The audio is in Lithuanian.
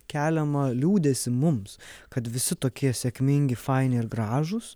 keliamą liūdesį mums kad visi tokie sėkmingi faini ir gražūs